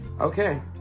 Okay